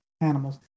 animals